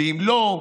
ואם לא,